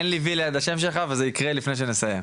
אין לי וי ליד השם שלך וזה יקרה לפני שנסיים,